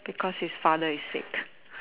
because his father is sick